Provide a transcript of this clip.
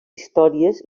històries